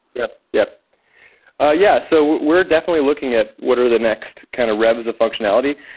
yeah yeah ah yeah. so we're definitely looking at what are the next kind of revs of functionality.